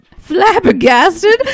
flabbergasted